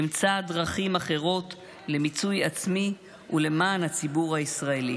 אמצא דרכים אחרות למיצוי עצמי ולמען הציבור הישראלי".